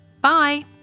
Bye